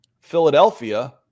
philadelphia